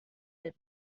that